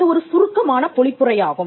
அது ஒரு சுருக்கமான பொழிப்புரையாகும்